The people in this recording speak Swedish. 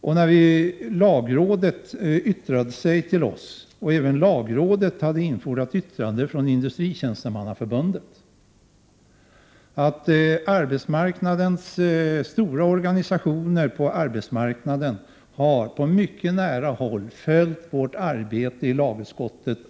Vidare har lagrådet avgivit ett yttrande till utskottet sedan man i sin tur inhämtat yttrande från Industritjänstemannaförbundet. De stora organisationerna på arbetsmarknaden har under hela tiden på mycket nära håll följt arbetet i lagutskottet.